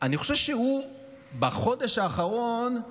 אני חושב שבחודש האחרון הוא